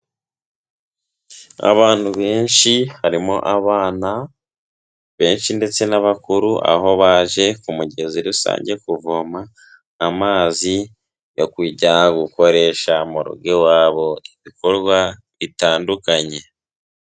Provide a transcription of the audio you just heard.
Abantu benshi, harimo abana benshi ndetse n'abakuru, aho baje ku mugezi rusange kuvoma amazi yo kujya gukoresha mu rugo iwabo ibikorwa bitandukanye.